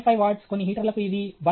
5 watts కొన్ని హీటర్లకు ఇది 1